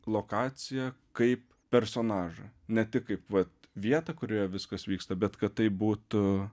lokaciją kaip personažą ne tik kaip vat vietą kurioje viskas vyksta bet kad tai būtų